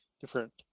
different